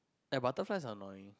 ya butterflies are annoying